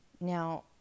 Now